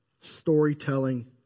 storytelling